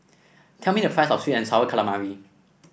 tell me the price of sweet and sour calamari